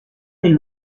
del